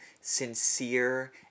sincere